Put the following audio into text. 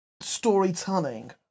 storytelling